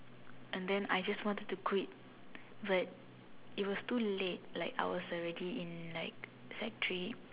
and then I just want to quit but it was too late like I was already in like sec three